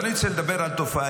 אבל אני רוצה לדבר על תופעה.